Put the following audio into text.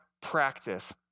practice